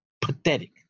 pathetic